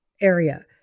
area